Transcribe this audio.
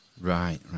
Right